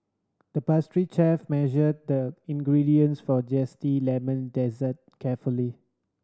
the pastry chef measured the ingredients for a zesty lemon dessert carefully